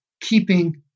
keeping